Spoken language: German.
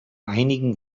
einigen